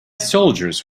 soldiers